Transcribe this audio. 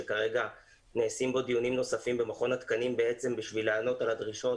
שכרגע נעשים בו דיונים נוספים במכון התקנים בעצם בשביל לענות על הדרישות